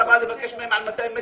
אתה בא לבקש מהם על 200 מטר,